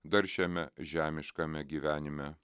dar šiame žemiškame gyvenime